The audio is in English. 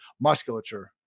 musculature